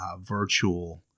virtual